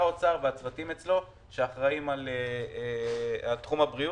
האוצר והצוותים שלו שאחראים על תחום הבריאות,